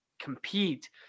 compete